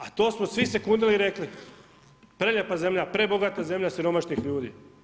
A to smo svi se kunuli i rekli, prelijepa zemlja, prebogata zemlja siromašnih ljudi.